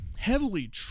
heavily